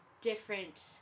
different